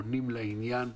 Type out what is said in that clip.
עונים לעניין,